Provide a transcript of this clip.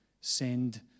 send